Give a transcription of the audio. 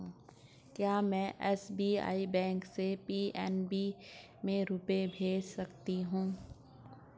क्या में SBI bank से पी.एन.बी में रुपये भेज सकती हूँ?